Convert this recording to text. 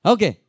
Okay